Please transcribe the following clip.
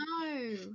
No